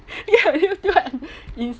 ya new tube and install